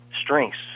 strengths